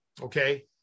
Okay